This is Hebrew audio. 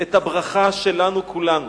את הברכה שלנו כולנו